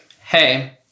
hey